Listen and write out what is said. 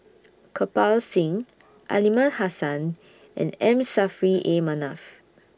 Kirpal Singh Aliman Hassan and M Saffri A Manaf